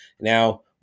Now